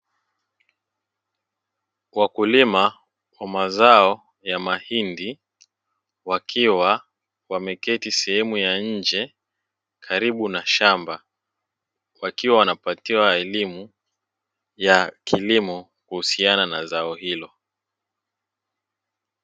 Wakulima wa mazao ya mahindi wakiwa wameketi sehemu ya nje karibu na shamba, wakiwa wanapatiwa elimu ya kilimo kuhusiana na zao hilo.